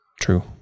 True